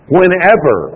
Whenever